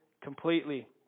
completely